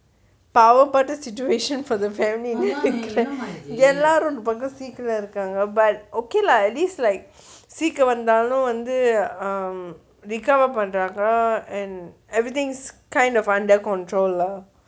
பாவ பட்ட:paava patta situation for the family எல்லாரும் ஒரு பக்கம்:ellarum oru pakkam sick lah இருக்காங்க:irukkanga but okay lah at least sick வந்தாலும் வந்து:vanthalum vanthu recover பண்றாங்க:panraanga and everything is kind of under control lah